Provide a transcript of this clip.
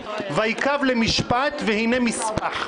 "ויקו למשפט והנה משפח".